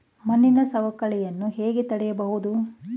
ಮಣ್ಣಿನ ಸವಕಳಿಯನ್ನು ಹೇಗೆ ತಡೆಯಬಹುದು?